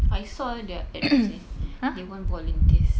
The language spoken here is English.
I saw their ads eh they want volunteers